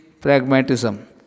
pragmatism